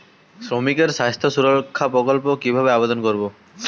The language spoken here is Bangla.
শ্রমিকের স্বাস্থ্য সুরক্ষা প্রকল্প কিভাবে আবেদন করবো?